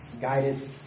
guidance